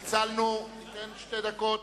צלצלנו, ניתן שתי דקות